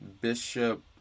bishop